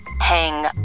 hang